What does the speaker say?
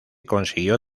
consiguió